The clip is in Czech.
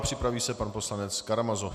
Připraví se pan poslanec Karamazov.